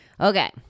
Okay